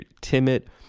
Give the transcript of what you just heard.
timid